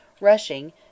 rushing